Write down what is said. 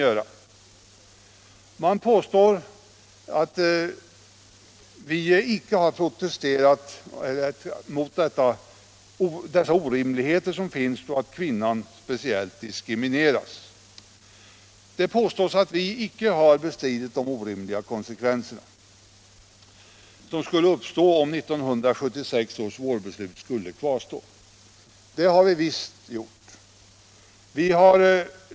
I utskottsmajoritetens skrivning påstås att vi motionärer inte har protesterat mot att speciellt kvinnan diskrimineras och mot de orimliga konsekvenser som skulle uppstå om 1976 års vårbeslut skulle kvarstå. Det har vi visst gjort.